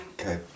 Okay